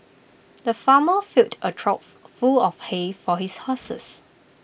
the farmer filled A trough full of hay for his horses